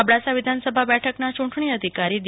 અબડાસા વિધાનસભા બેઠકના યૂંટણી અધિકારી ડી